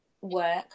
work